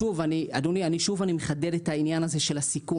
שוב אדוני אני מחדד את העניין הזה של הסיכון.